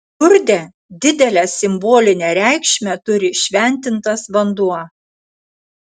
lurde didelę simbolinę reikšmę turi šventintas vanduo